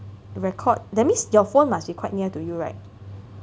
record that means your phone must be quite near to you right